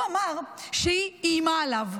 הוא אמר שהיא איימה עליו.